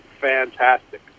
fantastic